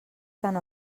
tant